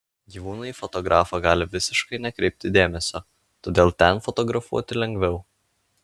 gyvūnai į fotografą gali visiškai nekreipti dėmesio todėl ten fotografuoti lengviau